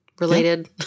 related